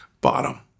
bottom